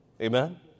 Amen